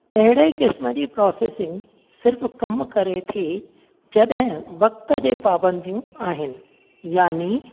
अहिड़े किस्मु जी प्रोसेसिंग सिर्फ़ु कम करे थी जडहिं वक़्त जे पाॿंदियूं आहिनि यानी